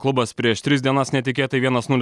klubas prieš tris dienas netikėtai vienas nulis